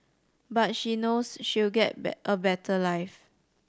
but she knows she'll get a better life